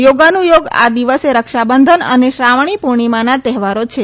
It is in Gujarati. યોગાનું યોગ આ દિવસે રક્ષાબંધન અને શ્રાવણપૂર્ણીમાંના તહેવારો છે